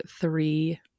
three